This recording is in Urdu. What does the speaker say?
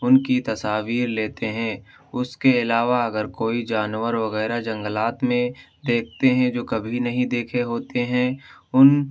ان کی تصاویر لیتے ہیں اس کے علاوہ اگر کوئی جانور وغیرہ جنگلات میں دیکھتے ہیں جو کبھی نہیں دیکھتے ہوتے ہیں ان